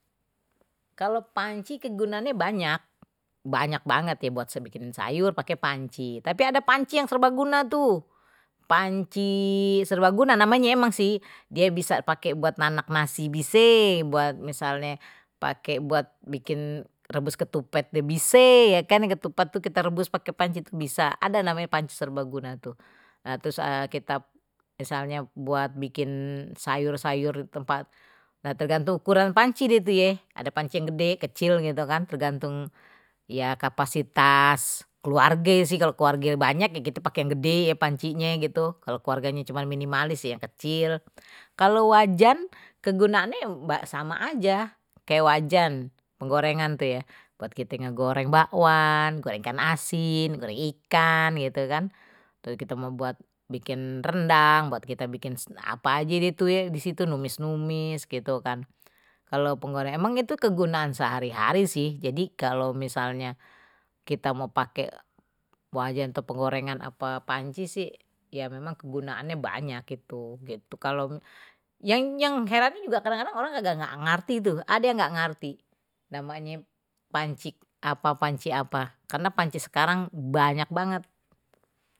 Kalau panci kegunaannya banyak, banyak banget ya buat saya bikinin sayur pakai panci tapi ada panci yang serbaguna tuh panci serbaguna namanye emang sih dia bisa pakai buat anak nasi bising buat misalnya pakai buat bikin rebus ketupat die bisa ya kan ketupat itu kita rebus pakai panci bisa ada namanya panci serbaguna tuh nah terus kita misalnya buat bikin sayur-sayur tempat tergantung ukuran panci dia tuh ye ada panci yang gede kecil gitu kan tergantung ya kapasitas keluarge, kalo keluargenye gede kite pakeyyang gede ya pancinya gitu kalau keluarganya cuman minimalis ya kecil, kalau wajan kegunaannya mbak sama aja kayak wajan penggorengan tuh ye buat kite ngegoreng bakwan, goreng ikan asin, goreng ikan gitu kan kalau kita mau buat bikin rendang buat kita bikin apa aja gitu ya di situ numis numis gitu kan, emang itu kegunaan sehari hari sih, jadi kalau misalnya kita mau pakai wajah tepung gorengan apa panci sih ya memang kegunaannya banyak itu itu kalau yang yang herannya juga kadang-kadang orang kagak ngerti itu ada yang enggak ngerti, namanya panci apa panci apa, panci sekarang banyak banget